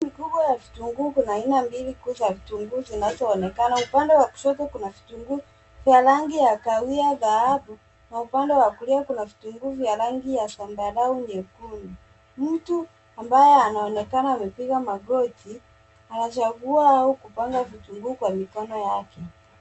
Soko kubwa ya vitunguu, kuna aina mbilii za vitunguu zinazo onekana. Upande wa kushoto kuna vitunguu vya rangi ya kahawia dhahabu ,na upande wa kulia kuna vitunguu vya rangi ya zambarau nyekundu. Mtu ambaye anaonekana amepiga magoti, anachagua au kupanga vitunguu kwa mikono yake.